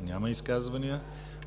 Няма изказвания.